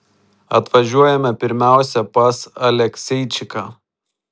atvažiuojame pirmiausia pas alekseičiką